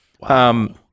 Wow